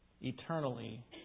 eternally